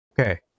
okay